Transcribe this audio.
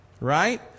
Right